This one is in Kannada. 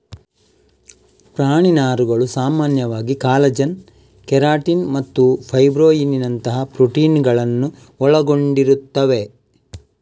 ಪ್ರಾಣಿ ನಾರುಗಳು ಸಾಮಾನ್ಯವಾಗಿ ಕಾಲಜನ್, ಕೆರಾಟಿನ್ ಮತ್ತು ಫೈಬ್ರೊಯಿನ್ನಿನಂತಹ ಪ್ರೋಟೀನುಗಳನ್ನು ಒಳಗೊಂಡಿರುತ್ತವೆ